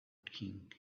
king